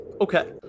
Okay